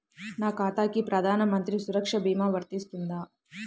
నా ఖాతాకి ప్రధాన మంత్రి సురక్ష భీమా వర్తిస్తుందా?